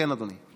כן, אדוני.